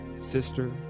sister